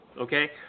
Okay